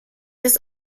das